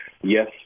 yes